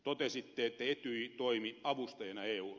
totesitte että etyj toimi avustajana eulle